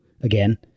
again